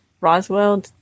Roswell